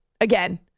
Again